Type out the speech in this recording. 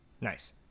Nice